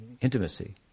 intimacy